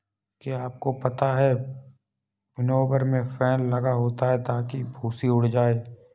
क्या आपको पता है विनोवर में फैन लगा होता है ताकि भूंसी उड़ जाए?